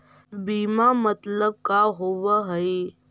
बीमा मतलब का होव हइ?